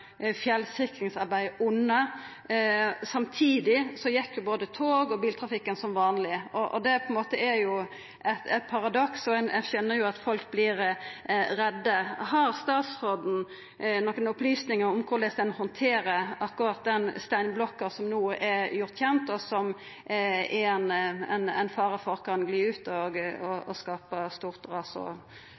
under. Samtidig gjekk både togtrafikken og biltrafikken som vanleg. Det er jo eit paradoks, og ein skjønar at folk vert redde. Har statsråden nokon opplysningar om korleis ein handterer akkurat den steinblokka som no er gjord kjent, og som det er ein fare for at kan gli ut og skapa eit stort ras osv.? For det første: Jeg er opptatt av veistrekningen, og